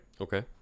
Okay